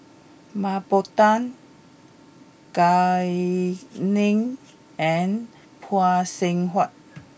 Mah Bow Tan Gao Ning and Phay Seng Whatt